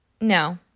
no